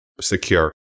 secure